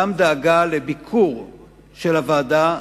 גם דאגה לביקור של הוועדה,